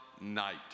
night